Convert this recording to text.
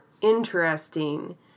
interesting